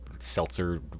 seltzer